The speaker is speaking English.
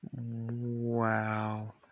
Wow